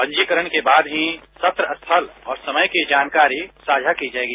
पंजीकरण के बाद ही सत्र स्थल समय की जानकारी साझा की जएगी